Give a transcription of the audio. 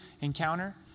encounter